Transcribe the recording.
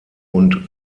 und